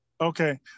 okay